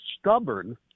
stubborn